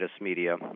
media